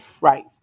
Right